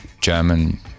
German